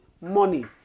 Money